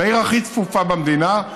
בעיר הכי צפופה במדינה,